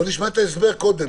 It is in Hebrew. אז בואו נשמע את ההסבר קודם.